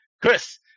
Chris